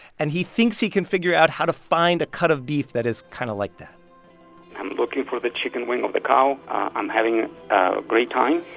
and he thinks he can figure out how to find a cut of beef that is kind of like that i'm looking for the chicken wing of the cow. i'm having a great time,